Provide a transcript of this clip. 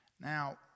Now